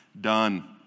done